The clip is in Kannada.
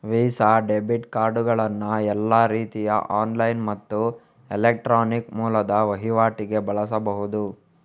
ವೀಸಾ ಡೆಬಿಟ್ ಕಾರ್ಡುಗಳನ್ನ ಎಲ್ಲಾ ರೀತಿಯ ಆನ್ಲೈನ್ ಮತ್ತು ಎಲೆಕ್ಟ್ರಾನಿಕ್ ಮೂಲದ ವೈವಾಟಿಗೆ ಬಳಸ್ಬಹುದು